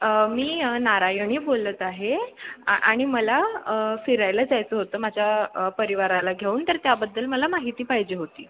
मी नारायणी बोलत आहे आणि मला फिरायला जायचं होतं माझ्या परिवाराला घेऊन तर त्याबद्दल मला माहिती पाहिजे होती